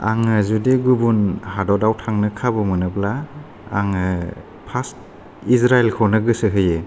आङो जुदि गुबुन हादरा थांनो खाबु मोनोब्ला आङो पास्ट इज्राइलखौनो गोसो होयो